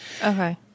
Okay